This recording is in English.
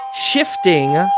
shifting